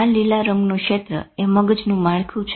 આ લીલા રંગનું ક્ષેત્ર એ મગજનું માળખું છે